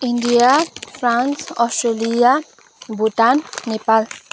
India France Australia Bhutan Nepal